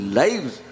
lives